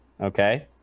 Okay